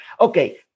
okay